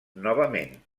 novament